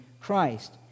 Christ